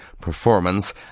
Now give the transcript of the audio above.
performance